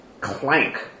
clank